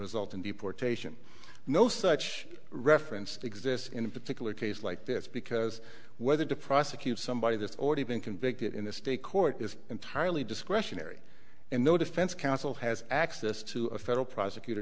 result in deportation no such reference exists in a particular case like this because whether to prosecute somebody that's already been convicted in a state court is entirely discretionary and the defense counsel has access to a federal prosecutor